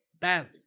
badly